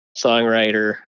songwriter